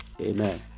Amen